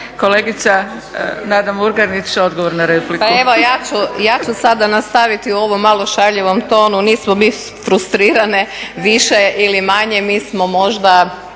Kolegica Nada Murganić, odgovor na repliku. **Murganić, Nada (HDZ)** Pa evo ja ću sada nastaviti u ovom malo šaljivom tonu. Nismo mi frustrirane više ili manje mi smo možda,